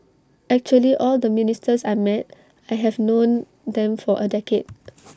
actually all the ministers I met I have known them for A decade